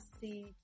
see